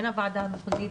בין הוועדה המחוזית,